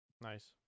nice